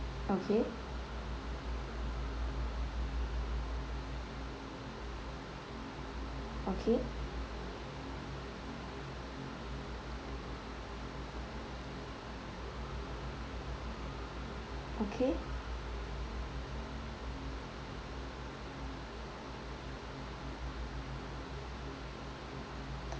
okay okay okay